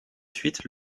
suite